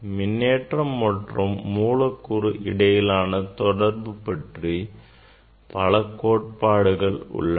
மின்னேற்றம் மற்றும் மூலக்கூறு இடையிலான தொடர்புக் பற்றி பல கோட்பாடுகள் உள்ளன